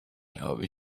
glaube